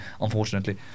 unfortunately